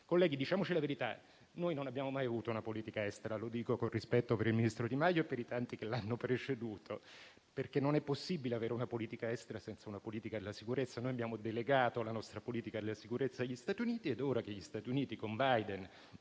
Colleghi, diciamoci la verità: non abbiamo mai avuto una politica estera e lo dico con rispetto per il ministro Di Maio e per i tanti che l'hanno preceduto, perché non è possibile avere una politica estera senza una politica della sicurezza. Abbiamo delegato la nostra politica della sicurezza agli Stati Uniti ed ora che gli Stati Uniti - con Biden,